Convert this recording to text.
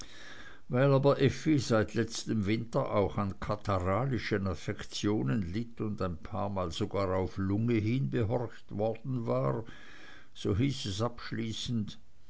weil aber effi seit letztem winter auch an katarrhalischen affektionen litt und ein paarmal sogar auf lunge hin behorcht worden war so hieß es abschließend